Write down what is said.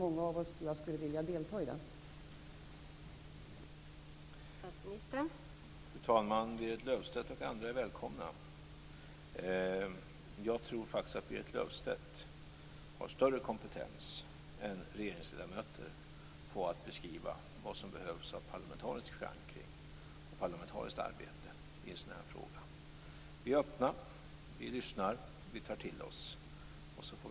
Jag tror att många av oss skulle vilja delta i ett sådant samtal.